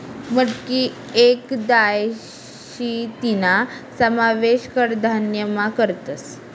मटकी येक दाय शे तीना समावेश कडधान्यमा करतस